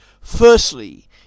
Firstly